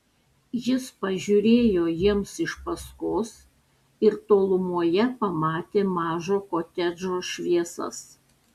jis pažiūrėjo jiems iš paskos ir tolumoje pamatė mažo kotedžo šviesas